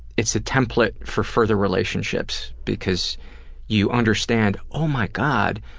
it's a template for further relationships, because you understand oh my god,